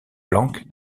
planck